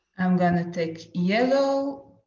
i'm gonna take yellow.